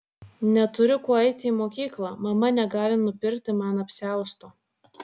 neturiu kuo eiti į mokyklą mama negali nupirkti man apsiausto